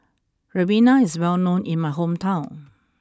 Ribena is well known in my hometown